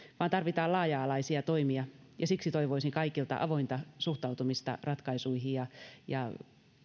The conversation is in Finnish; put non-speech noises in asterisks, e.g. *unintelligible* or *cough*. vaan tarvitaan laaja alaisia toimia ja siksi toivoisin kaikilta avointa suhtautumista ratkaisuihin ja *unintelligible* ja